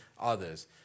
others